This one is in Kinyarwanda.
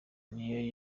niyo